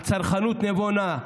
על צרכנות נבונה,